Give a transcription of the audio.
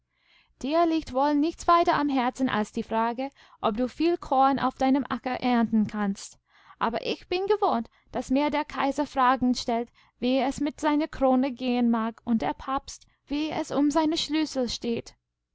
dir liegt wohl nichts weiter am herzen als die frage ob du viel korn auf deinemackererntenkannst aberichbingewohnt daßmirderkaiserfragen stellt wie es mit seiner krone gehen mag und der papst wie es um seine schlüssel steht